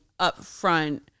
upfront